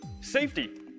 Safety